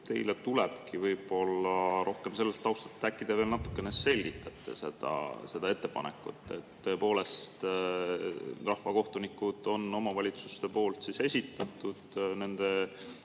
teile tulebki võib-olla rohkem sellelt taustalt. Äkki te veel natukene selgitate seda ettepanekut? Tõepoolest, rahvakohtunikud on omavalitsuste esitatud, nende